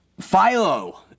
Philo